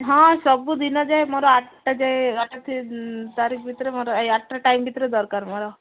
ହଁ ସବୁଦିନ ଯାଏଁ ମୋର ଆଠଟା ଯାଏ ତାରି ଭିତରେ ମୋର ଏହି ଆଠଟା ଟାଇମ୍ ଭିତରେ ଦରକାର ମୋର